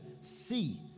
see